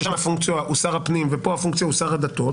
רק ששם הפונקציה הוא שר הפנים ופה הפונקציה הוא שר הדתות.